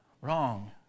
wrong